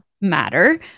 matter